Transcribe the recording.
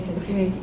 okay